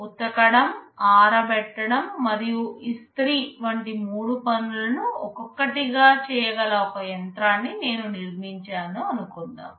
ఉతకడం ఆరబెట్టడం మరియు ఇస్త్రీ వంటి మూడు పనులను ఒక్కొక్కటిగా చేయగల ఒక యంత్రాన్ని నేను నిర్మించాను అనుకుందాం